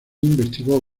investigó